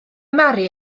mari